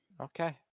Okay